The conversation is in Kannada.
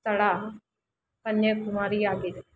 ಸ್ಥಳ ಕನ್ಯಾಕುಮಾರಿ ಆಗಿದೆ